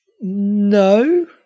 No